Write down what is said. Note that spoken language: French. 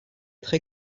très